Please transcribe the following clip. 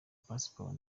passport